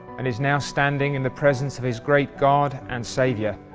and is now standing in the presence of his great god and saviour,